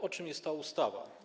O czym jest ta ustawa?